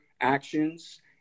actions